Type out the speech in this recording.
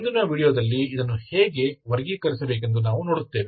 ಮುಂದಿನ ವೀಡಿಯೊದಲ್ಲಿ ಇದನ್ನು ಹೇಗೆ ವರ್ಗೀಕರಿಸಬೇಕೆಂದು ನಾವು ನೋಡುತ್ತೇವೆ